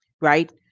right